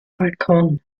balkon